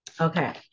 Okay